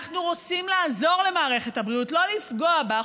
אנחנו רוצים לעזור למערכת הבריאות, לא לפגוע בה.